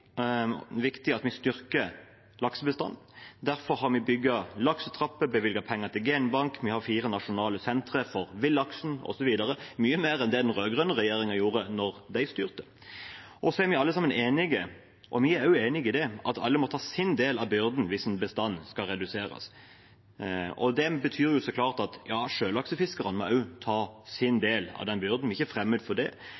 at vi styrker laksebestanden. Derfor har vi bygget laksetrapper, bevilget penger til genbank, vi har fire nasjonale sentre for villaksen osv. – mye mer enn det den rød-grønne regjeringen gjorde da de styrte. Så er vi alle sammen enige om, vi også er enig i det, at alle må ta sin del av byrden hvis en bestand skal reduseres. Det betyr så klart at sjølaksefiskerne må ta sin